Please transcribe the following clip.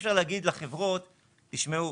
אי-אפשר להגיד לחברות, תשמעו,